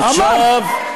אמרת.